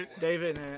David